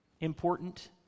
important